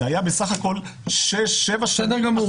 זה היה בסך הכול שש-שבע שנים אחרי --- בסדר גמור.